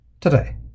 Today